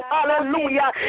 Hallelujah